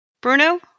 Bruno